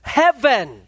heaven